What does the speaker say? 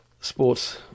sports